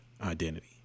identity